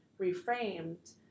reframed